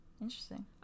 Interesting